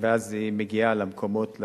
ואז היא מגיעה למקומות,